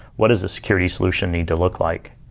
what is the security solution need to look like?